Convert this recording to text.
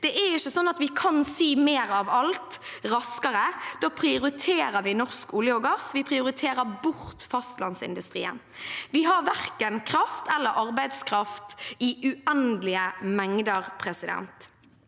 vi kan si «mer av alt – raskere». Da prioriterer vi norsk olje og gass, og vi prioriterer bort fastlandsindustrien. Vi har verken kraft eller arbeidskraft i uendelige mengder. Utvalget